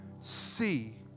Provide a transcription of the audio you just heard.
see